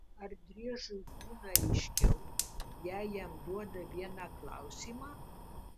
ar driežui būna aiškiau jei jam duoda vieną klausimą